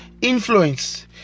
influence